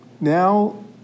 now